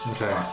Okay